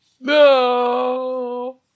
No